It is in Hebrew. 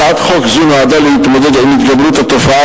הצעת חוק זו נועדה להתמודד עם התגברות התופעה